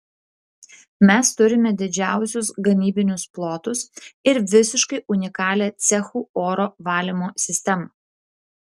mes turime didžiausius gamybinius plotus ir visiškai unikalią cechų oro valymo sistemą